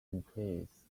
competes